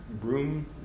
room